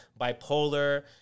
bipolar